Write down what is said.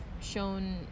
shown